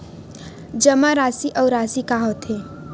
जमा राशि अउ राशि का होथे?